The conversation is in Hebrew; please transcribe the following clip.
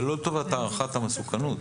זה לא לטובת הערכת המסוכנות.